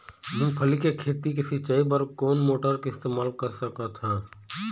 मूंगफली के खेती के सिचाई बर कोन मोटर के इस्तेमाल कर सकत ह?